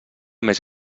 més